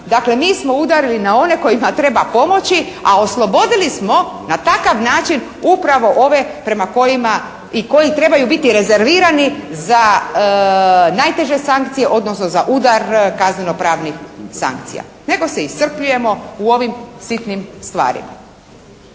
Dakle mi smo udarile na one kojima treba pomoći a oslobodili smo na takav način upravo ove prema kojima i koji trebaju biti rezervirani za najteže sankcije, odnosno za udar kaznenopravnih sankcija nego se iscrpljujemo u ovim sitnim stvarima.